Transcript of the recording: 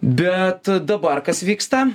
bet dabar kas vyksta